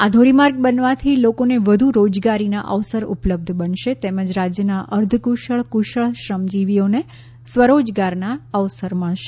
આ ધોરીમાર્ગ બનવાથી લોકોને વધુ રોજગારીના અવસર ઉપલબ્ધ બનશે તેમજ રાજ્યના અર્ધકુશળ કુશળ શ્રમજીવીઓને સ્વરોજગારના અવસર મળશે